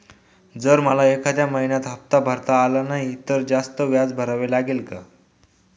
जर मला एखाद्या महिन्यात हफ्ता भरता आला नाही तर जास्त व्याज भरावे लागेल का?